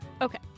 Okay